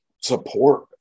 support